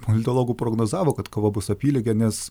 politologų prognozavo kad kova bus apylygė nes